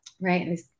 Right